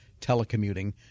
telecommuting